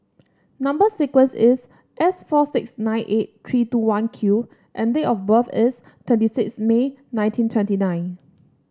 number sequence is S four six nine eight three two one Q and date of birth is twenty six May nineteen twenty nine